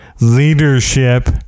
leadership